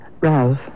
Ralph